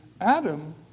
Adam